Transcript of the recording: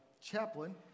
chaplain